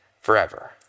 forever